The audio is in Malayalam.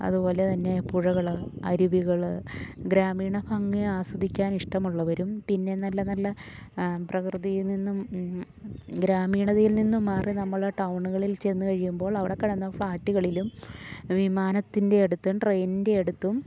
അതു പോലെ തന്നെ പുഴകൾ അരുവികൾ ഗ്രാമീണ ഭംഗിയാസ്വദിക്കാനിഷ്ടമുള്ളവരും പിന്നെ നല്ല നല്ല പ്രകൃതിയിൽ നിന്നും ഗ്രാമീണതയിൽ നിന്നും മാറി നമ്മൾ ടൗണുകളിൽച്ചെന്നു കഴിയുമ്പോൾ അവിടെ കാണുന്ന ഫ്ലാറ്റുകളിലും വിമാനത്തിൻ്റെയടുത്തും ട്രെയിനിൻ്റെയടുത്തും